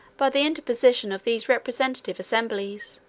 by the interposition of these representative assemblies